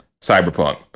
Cyberpunk